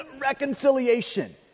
reconciliation